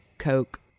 coke